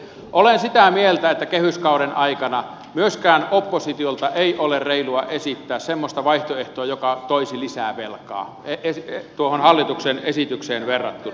olen sitä mieltä että kehyskauden aikana myöskään oppositiolta ei ole reilua esittää semmoista vaihtoehtoa joka toisi lisää velkaa tuohon hallituksen esitykseen verrattuna